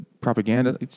propaganda